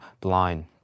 blind